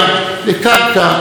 המורכבות הזאת,